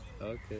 okay